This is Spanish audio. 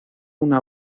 una